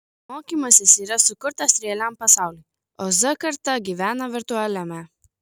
mokymasis yra sukurtas realiam pasauliui o z karta gyvena virtualiame